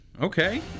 okay